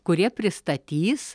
kurie pristatys